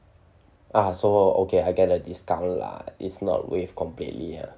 ah so okay I get a discount lah it's not waived completely ah